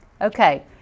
Okay